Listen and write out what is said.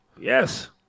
Yes